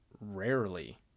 rarely